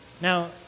Now